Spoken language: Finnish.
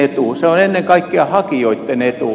se on ennen kaikkea hakijoitten etu